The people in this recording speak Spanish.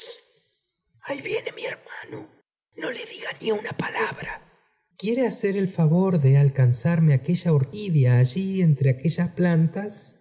viene rm hermano i no le diga ni una palabra i óuiere hacerme el favor de alcanzarme aquella orquídea allí entre aquellas plantas